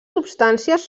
substàncies